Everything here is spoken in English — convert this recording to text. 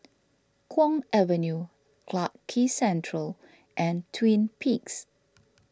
Kwong Avenue Clarke Quay Central and Twin Peaks